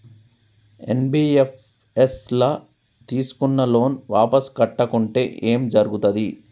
NBFS ల తీస్కున్న loan వాపస్ కట్టకుంటే ఏం జర్గుతది?